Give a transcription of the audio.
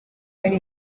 hari